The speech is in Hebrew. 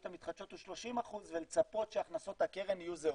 המתחדשות הוא 30% ולצפות שהכנסות הקרן יהיו זהות.